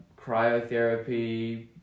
cryotherapy